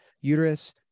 uterus